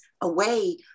away